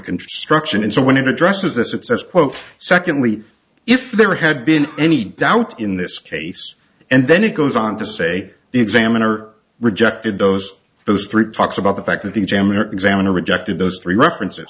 control struction and so when addresses this it says quote secondly if there had been any doubt in this case and then it goes on to say the examiner rejected those those three talks about the fact that the examiner examiner rejected those three references